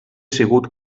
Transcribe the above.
sigut